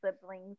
siblings